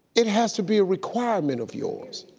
it has to be a requirement of yours.